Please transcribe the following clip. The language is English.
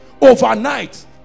overnight